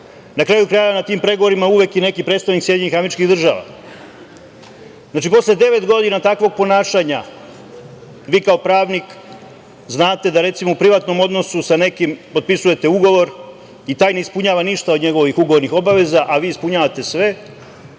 Na kraju krajeva, na tim pregovorima uvek je neki predstavnik SAD.Posle devet godina takvog ponašanja, vi kao pravnik znate da, recimo, u privatnom odnosu sa nekim potpisujete ugovor i taj ne ispunjava ništa od njegovih ugovornih obaveza, a vi ispunjavate sve,